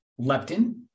leptin